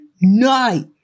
night